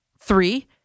Three